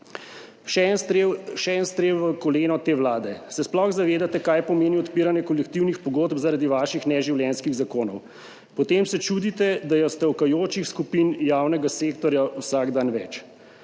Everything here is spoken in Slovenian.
Še en strel v koleno te vlade. Se sploh zavedate, kaj pomeni odpiranje kolektivnih pogodb zaradi vaših neživljenjskih zakonov? Potem pa se čudite, da je stavkajočih skupin javnega sektorja vsak dan več.